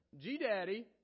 G-Daddy